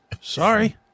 sorry